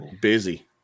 busy